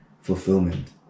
fulfillment